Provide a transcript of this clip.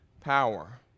power